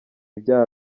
byaha